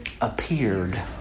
Appeared